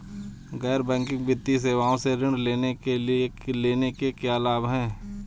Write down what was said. गैर बैंकिंग वित्तीय सेवाओं से ऋण लेने के क्या लाभ हैं?